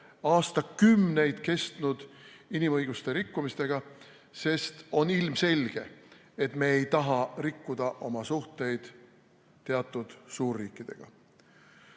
aastakümneid kestnud inimõiguste rikkumisega, sest on ilmselge, et me ei taha rikkuda oma suhteid teatud suurriikidega.